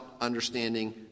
understanding